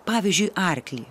pavyzdžiui arklį